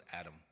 adam